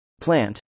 Plant